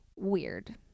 weird